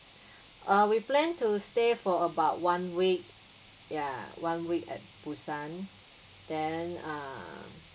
uh we plan to stay for about one week ya one week at busan then err